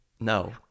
No